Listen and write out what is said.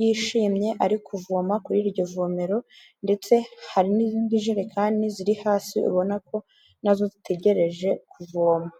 yishimye ari kuvoma kuri iryo vomero, ndetse hari n'izindi jerekani ziri hasi ubona ko nazo zitegereje kuvoma.